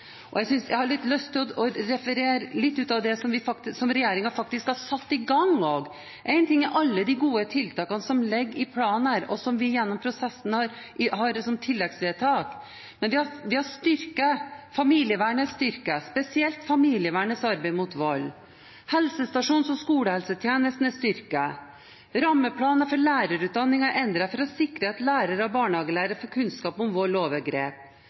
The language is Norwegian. området. Jeg har litt lyst til å referere litt av det regjeringen faktisk har satt i gang. Én ting er alle de gode tiltakene som ligger i planen her, og som vi gjennom prosessen har som forslag til tilleggsvedtak. Familievernet er styrket, spesielt familievernets arbeid mot vold. Helsestasjons- og skolehelsetjenesten er styrket. Rammeplanen for lærerutdanningen er endret for å sikre at lærere og barnehagelærere får kunnskap om vold og overgrep.